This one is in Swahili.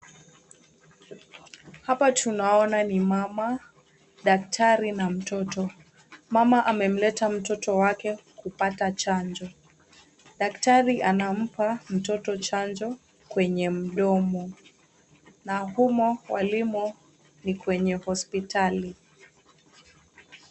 Hapa tunaona ni mama, daktari na mtoto. Mama amemleta mtoto wake kupata chanjo, daktari anampa mtoto chanjo kwenye mdomo na humo walimo ni kwenye hospitali.